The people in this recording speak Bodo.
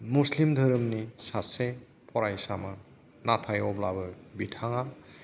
मुस्लिम धोरोमनि सासे फरायसामोन नाथाय अब्लाबो बिथाङा